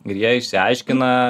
ir jie išsiaiškina